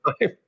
time